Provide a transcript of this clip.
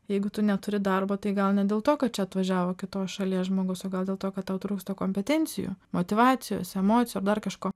jeigu tu neturi darbo tai gal ne dėl to kad čia atvažiavo kitos šalies žmogus o gal dėl to kad tau trūksta kompetencijų motyvacijos emocijų ar dar kažko